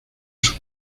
sus